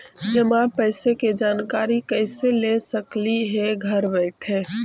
जमा पैसे के जानकारी कैसे ले सकली हे घर बैठे?